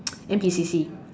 N_P_C_C